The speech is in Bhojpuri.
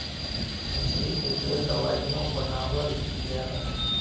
मछली के तेल दवाइयों बनावल जाला